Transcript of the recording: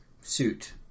suit